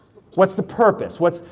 what's the purpose? what's,